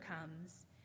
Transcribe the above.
comes